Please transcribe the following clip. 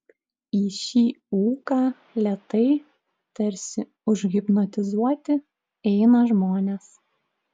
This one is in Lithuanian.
į šį ūką lėtai tarsi užhipnotizuoti eina žmonės